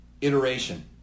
Iteration